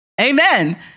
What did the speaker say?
Amen